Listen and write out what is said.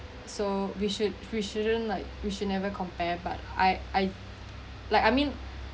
so we should shouldn't like we should never compare but I I like I mean